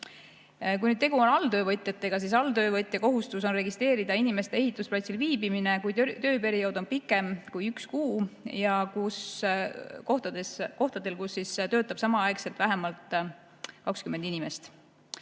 Kui tegu on alltöövõtjatega, siis alltöövõtja kohustus on registreerida inimeste ehitusplatsil viibimine, kui tööperiood on pikem kui üks kuu ja kohtadel, kus töötab samaaegselt vähemalt 20 inimest.